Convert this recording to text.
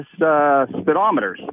speedometers